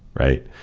right?